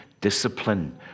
discipline